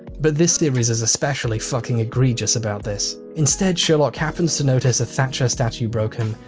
but this series is especially fucking egregious about this. instead, sherlock happens to notice a thatcher statue broken.